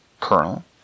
kernel